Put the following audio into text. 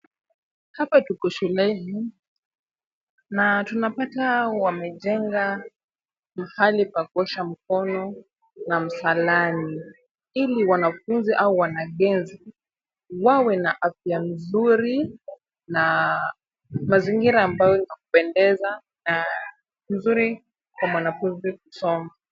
Hapa tuko shuleni na tunapata wamejenga mahali pa kuosha mkono na msalani ili wanafunzi au wanagenzi wawe na afya nzuri na mazingira ambao inapendeza na nzuri kwa mwanafunzi kusoma.